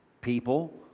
People